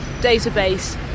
database